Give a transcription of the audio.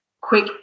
quick